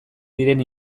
diren